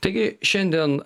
taigi šiandien